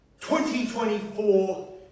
2024